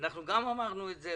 אנחנו גם אמרנו את זה,